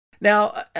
Now